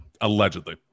Allegedly